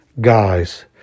Guys